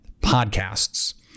podcasts